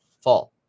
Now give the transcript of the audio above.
fall